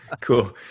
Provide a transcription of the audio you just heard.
Cool